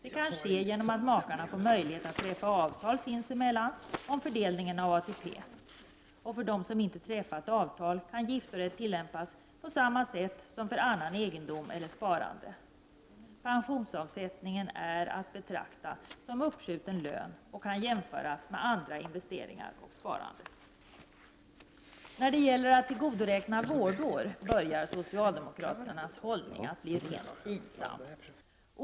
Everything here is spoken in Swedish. Detta kan ske genom att makarna får möjlighet att träffa avtal sinsemellan om fördelning av ATP. För dem som inte träffat avtal kan giftorätt tillämpas på samma sätt som för annan egendom eller sparande. Pensionsavsättningen är att betrakta som uppskjuten lön och kan jämföras med andra investeringar och sparande. När det gäller att tillgodoräkna vårdår börjar socialdemokraternas hållning att bli rent pinsam.